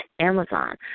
Amazon